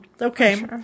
Okay